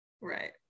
Right